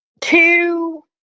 two